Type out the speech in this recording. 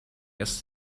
erst